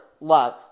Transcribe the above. love